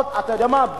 אתה יודע מה?